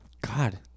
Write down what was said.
God